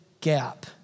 gap